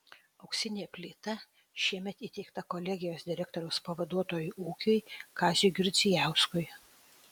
auksinė plyta šiemet įteikta kolegijos direktoriaus pavaduotojui ūkiui kaziui girdzijauskui